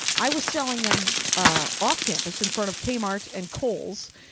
i was selling them ah off campus in front of k-mart and kohl's.